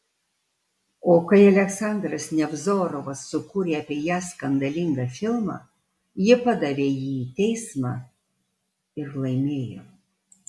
o kai aleksandras nevzorovas sukūrė apie ją skandalingą filmą ji padavė jį į teismą ir laimėjo